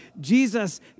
Jesus